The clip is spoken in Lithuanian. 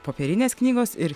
popierinės knygos ir